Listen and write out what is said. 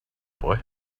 boy